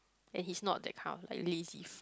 and he is not that kind of like lazy